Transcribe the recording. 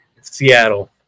Seattle